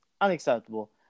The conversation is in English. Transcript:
unacceptable